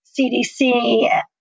CDC